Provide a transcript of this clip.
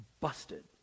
Busted